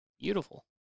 beautiful